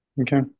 Okay